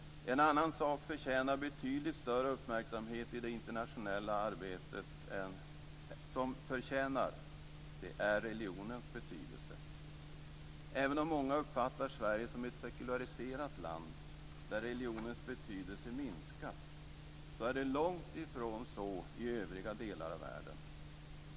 En annan sak som förtjänar betydligt större uppmärksamhet i det internationella arbetet är religionens betydelse. Även om många uppfattar Sverige som ett sekulariserat land, där religionens betydelse minskat, är det långtifrån så i övriga delar av världen.